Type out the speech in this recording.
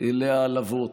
זה העלבות,